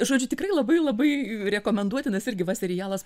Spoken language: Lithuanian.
žodžiu tikrai labai labai rekomenduotinas irgi va serialas